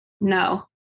No